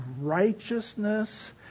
righteousness